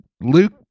Luke